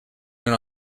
when